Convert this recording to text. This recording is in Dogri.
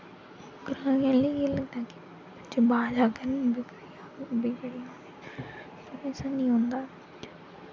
घरै आह्ले गी लगदा कि जे बाह्र जाङन बिगड़ी आनें न ऐसा निं होंदा